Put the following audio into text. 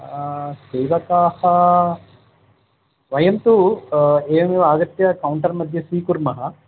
सेवकाः वयं तु एवमेव आगत्य कौण्टर्मध्ये स्वीकुर्मः